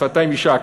שפתיים יישק,